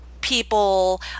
people